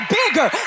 bigger